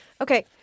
Okay